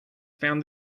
found